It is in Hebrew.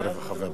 הרווחה והבריאות.